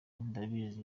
ndabizi